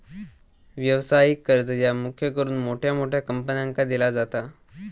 व्यवसायिक कर्ज ह्या मुख्य करून मोठ्या मोठ्या कंपन्यांका दिला जाता